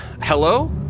Hello